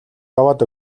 яваад